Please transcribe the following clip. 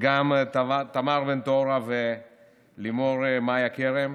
וגם תמר בנטורה ולימור מאיה כרם.